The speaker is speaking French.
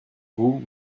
vous